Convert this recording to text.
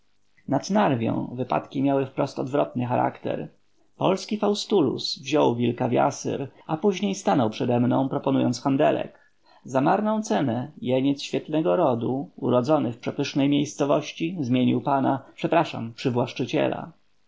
nad narwią wypadki miały wprost odwrotny charakter polski faustulus wziął wilka w jasyr a później stanął przedemną proponując handelek za marną cenę jeniec świetnego rodu urodzony w przepysznej miejscowości zmienił pana przepraszam przywłaszczyciela wiedziałem